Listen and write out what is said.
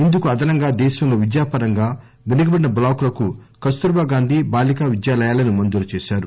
ఇందుకు అదనంగా దేశంలో విద్యాపరంగా పెనుకబడిన బ్లాకులకు కస్తూర్బా గాంధి బాలికా విద్యాలయాలను మంజురు చేశారు